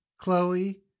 Chloe